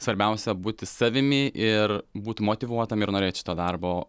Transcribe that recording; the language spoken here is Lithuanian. svarbiausia būti savimi ir būti motyvuotam ir norėt šito darbo